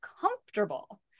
comfortable